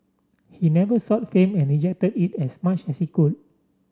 he never sought fame and rejected it as much as he could